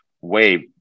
wave